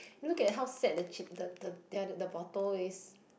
look at how sad the the the the bottle is